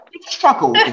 struggle